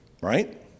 Right